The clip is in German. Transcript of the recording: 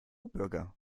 bürger